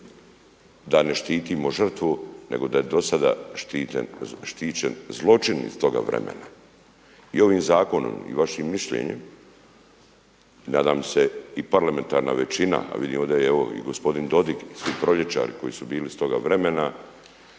da ne štitimo žrtvu nego da je do sada štićen zločin iz toga vremena. I ovim zakonom i vašim mišljenjem nadam se i parlamentarna većina, a vidimo da je i gospodin Dodig i svi proljećari koji su bili iz toga vremena